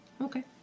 Okay